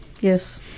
Yes